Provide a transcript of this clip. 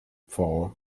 four